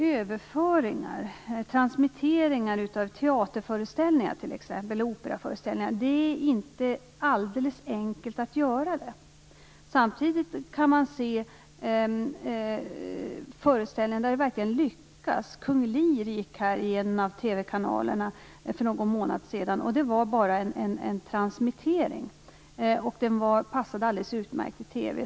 Överföringar, transmitteringar av teater och operaföreställningar, är inte alldeles enkla att göra. Man kan dock se föreställningar där det verkligen lyckas. Kung Lear gick i en av TV-kanalerna för någon månad sedan. Det var en transmittering. Den passade alldeles utmärkt i TV.